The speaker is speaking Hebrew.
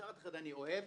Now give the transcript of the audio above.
מצד אחד אני אוהבת,